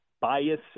bias